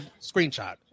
screenshot